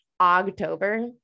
October